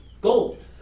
gold